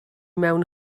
mewn